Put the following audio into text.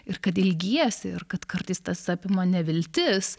ir kad ilgiesi ir kad kartais tas apima neviltis